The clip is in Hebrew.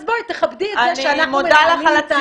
את הגעת היום, אז תכבדי את זה שאנחנו מנהלים דיון.